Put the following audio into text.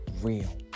real